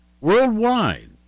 Worldwide